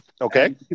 Okay